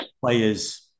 players